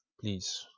please